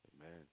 Amen